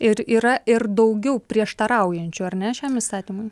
ir yra ir daugiau prieštaraujančių ar ne šiam įstatymui